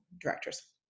directors